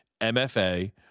mfa